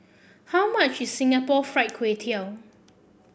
how much is Singapore Fried Kway Tiao